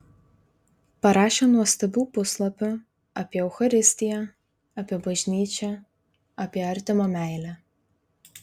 parašė nuostabių puslapių apie eucharistiją apie bažnyčią apie artimo meilę